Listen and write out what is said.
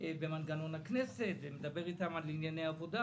במנגנון הכנסת ומדבר איתם על ענייני עבודה.